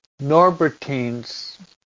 Norbertines